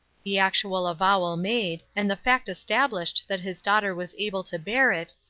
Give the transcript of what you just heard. the actual avowal made, and the fact established that his daughter was able to bear it,